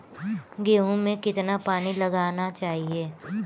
गेहूँ में कितना पानी लगाना चाहिए?